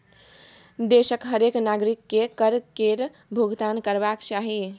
देशक हरेक नागरिककेँ कर केर भूगतान करबाक चाही